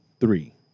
three